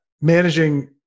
managing